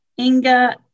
Inga